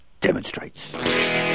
demonstrates